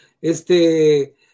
este